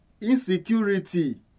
insecurity